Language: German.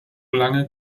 lang